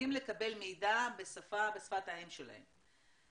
צריכים לקבל מידע בשפת האם שלהם.